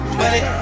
money